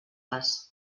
les